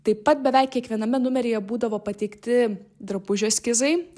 taip pat beveik kiekviename numeryje būdavo pateikti drabužių eskizai